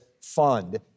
fund